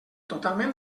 totalment